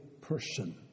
person